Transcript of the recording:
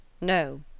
No